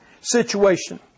situation